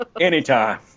anytime